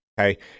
Okay